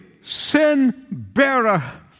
sin-bearer